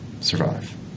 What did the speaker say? survive